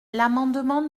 l’amendement